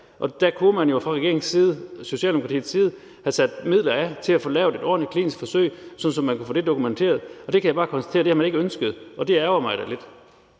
Der kunne man jo fra regeringens side, fra Socialdemokratiets side, have sat midler af til at få lavet et ordentligt klinisk forsøg, sådan at man kunne få det dokumenteret. Det kan jeg bare konstatere at man ikke har ønsket, og det ærgrer mig da lidt.